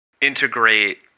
integrate